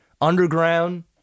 underground